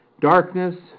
Darkness